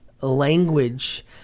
language